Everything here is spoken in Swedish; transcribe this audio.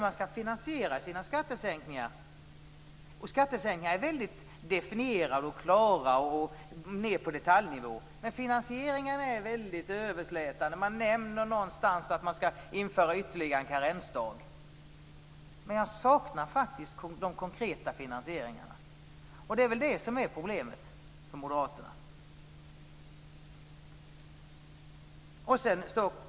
Skattesänkningarna är väldigt definierade och klara på detaljnivå, men man är väldigt överslätande när det gäller finansieringen. Det nämns någonstans att det skall införas ytterligare en karensdag, men jag saknar faktiskt de konkreta finansieringarna. Det är väl det som är problemet med moderaterna.